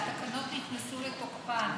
התקנות נכנסו לתוקפן